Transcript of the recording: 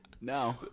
no